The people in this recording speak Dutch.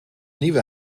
nieuwe